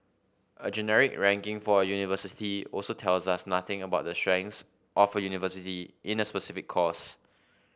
a generic ranking for a university also tells us nothing about the strengths of a university in a specific course